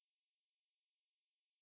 it's a very old movie lah two thousand four